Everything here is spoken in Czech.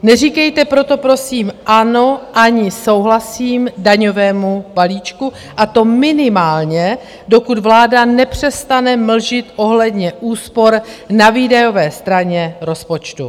Neříkejte proto, prosím, ano ani souhlasím daňovému balíčku, a to minimálně, dokud vláda nepřestane mlžit ohledně úspor na výdajové straně rozpočtu.